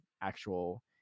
actual